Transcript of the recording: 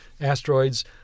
asteroids